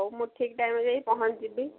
ହେଉ ମୁଁ ଠିକ୍ ଟାଇମ୍ରେ ଯାଇକି ପହଞ୍ଚିଯିବି